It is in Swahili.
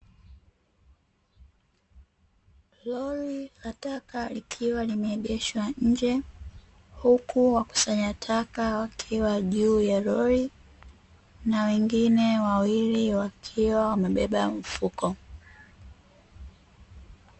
Lori la taka likiwa limeegeshwa nje, huku wakusanya taka wakiwa juu ya lori na wengine wawili wakiwa wamebeba mfuko.